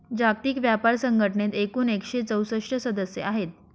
जागतिक व्यापार संघटनेत एकूण एकशे चौसष्ट सदस्य आहेत